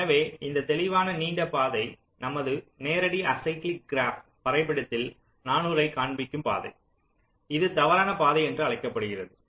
எனவே இந்த தெளிவான நீண்ட பாதை நமது நேரடி அசைக்ளிக் கிராப் வரைபடத்தில் 400 ஐக் காண்பிக்கும் பாதை இது தவறான பாதை என்று அழைக்கப்படுகிறது